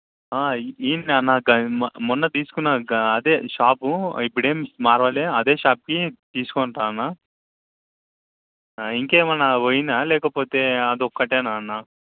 ఇక్కడ్నే అన్న మొ మొన్న తీసుకున్నారు కదా అదే షాపు ఇప్పుడేం మార్చలె అదే షాప్కి తీసుకొనిరా అన్న ఇంకేమన్నా పోయిందా లేకపోతే అదొక్కటేనా అన్న